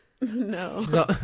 No